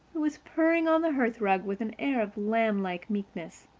who was purring on the hearth rug with an air of lamb-like meekness.